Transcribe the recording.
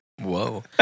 whoa